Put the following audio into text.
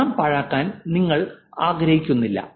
പണം പാഴാക്കാൻ നിങ്ങൾ ആഗ്രഹിക്കുന്നില്ല